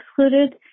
excluded